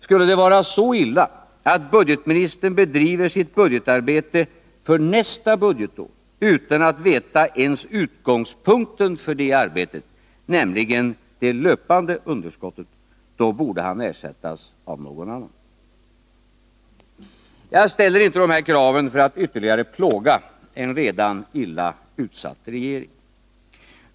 Skulle det vara så illa, att budgetministern bedriver sitt budgetarbete för nästa budgetår utan att veta ens utgångspunkten för detta arbete, nämligen det löpande underskottet, borde han ersättas av någon annan. Jag ställer inte de här kraven för att ytterligare plåga en redan illa utsatt regering.